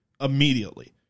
immediately